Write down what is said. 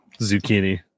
zucchini